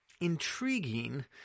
intriguing